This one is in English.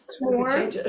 more